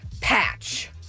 patch